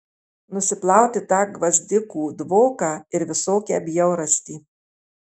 nusiplauti tą gvazdikų dvoką ir visokią bjaurastį